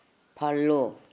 follow